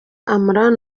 imran